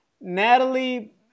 Natalie